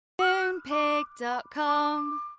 Moonpig.com